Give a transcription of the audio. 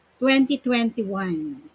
2021